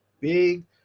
big